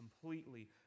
completely